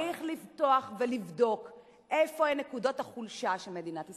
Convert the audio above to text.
צריך לפתוח ולבדוק איפה הן נקודות החולשה של מדינת ישראל.